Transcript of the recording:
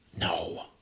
No